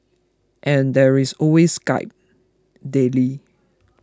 and there is always Skype daily